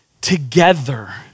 together